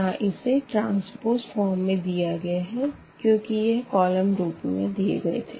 यहाँ इसे transpose form में दिया गया क्योंकि यह कॉलम रूप में दिया गया है